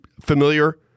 familiar